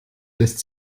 lässt